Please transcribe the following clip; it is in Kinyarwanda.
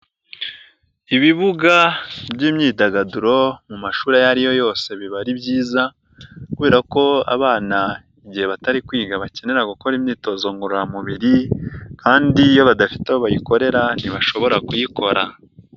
Ibibuga by'imyidagaduro mu mashuri ayo ari yo yose biba ari byiza kubera ko abana igihe batari kwiga bakenera gukora imyitozo ngorora mubiri kandi iyo badafite aho bayikorera ntibashobora kuyikora.